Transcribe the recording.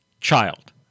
child